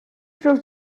through